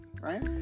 right